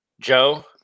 Joe